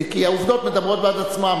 כי העובדות מדברות בעד עצמן.